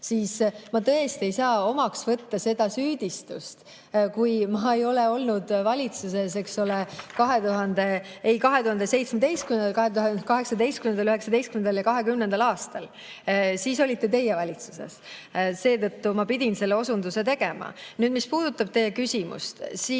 siis ma tõesti ei saa omaks võtta seda süüdistust, kui ma ei ole olnud valitsuses, eks ole, ei 2017., 2018., 2019. ega 2020. aastal. Siis olite teie valitsuses. Seetõttu ma pidin selle osunduse tegema. Nüüd, mis puudutab teie küsimust, siis